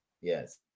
Yes